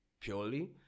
purely